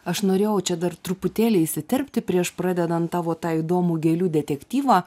aš norėjau čia dar truputėlį įsiterpti prieš pradedant tavo tą įdomų gėlių detektyvą